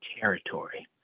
territory